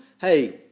hey